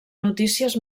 notícies